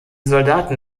soldaten